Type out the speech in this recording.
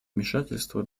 вмешательства